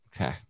Okay